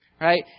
Right